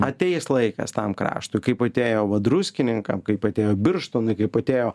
ateis laikas tam kraštui kaip atėjo va druskininkam kaip atėjo birštonui kaip atėjo